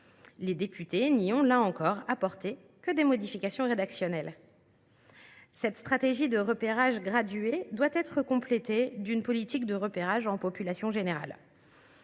Les députés n’y ont, là encore, apporté que des modifications rédactionnelles. Cette stratégie de repérage graduée doit être complétée par une politique de repérage en population générale.